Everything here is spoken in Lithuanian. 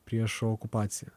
prieš okupaciją